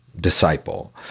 disciple